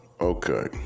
Okay